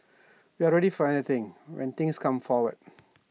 we're ready for anything when things come forward